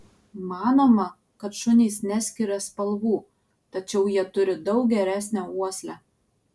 manoma kad šunys neskiria spalvų tačiau jie turi daug geresnę uoslę